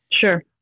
Sure